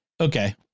Okay